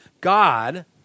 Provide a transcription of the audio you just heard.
God